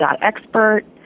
expert